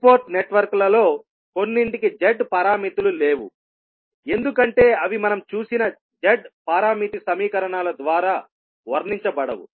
2 port నెట్వర్క్లలో కొన్నింటికి Z పారామితులు లేవు ఎందుకంటే అవి మనం చూసిన Z పారామితి సమీకరణాల ద్వారా వర్ణించబడవు